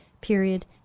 period